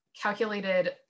calculated